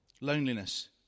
loneliness